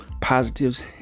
positives